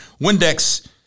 Windex